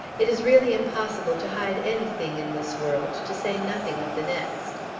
it is really impossible to hide anything in this world, to say nothing of the next.